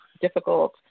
difficult